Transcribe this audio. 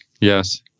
yes